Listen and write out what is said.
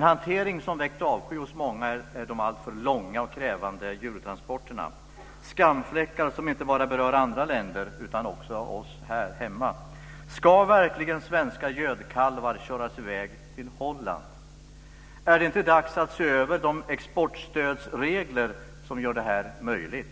En hantering som väckt avsky hos många är de alltför långa och krävande djurtransporterna. Det är skamfläckar som inte bara berör andra länder utan också oss här hemma. Ska verkligen svenska gödkalvar köras i väg till Holland? Är det inte dags att se över de exportstödsregler som gör detta möjligt?